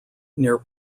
near